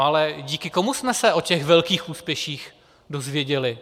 Ale díky komu jsme se o těch velkých úspěších dozvěděli?